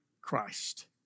Christ